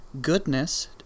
goodness